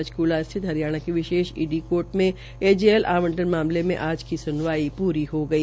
पंचकूला में स्थित हरियाणा की विशेष ईडी कार्ट में एजेएल आवंटन मामले में आज की सुनवाई पूरी ह गई